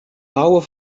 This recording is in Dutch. bouwen